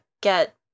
get